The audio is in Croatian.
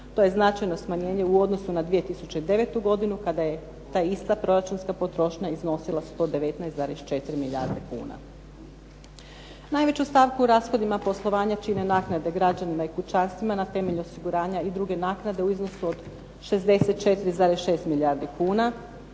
to je značajno smanjenje u odnosu na 2009. godinu kada je ta ista proračunska potrošnja iznosila 119,4 milijarde kuna. Najveću stavku u rashodima poslovanja čine naknade građanima i kućanstvima na temelju osiguranja i druge naknade u iznosu od 64,6 milijardi kuna.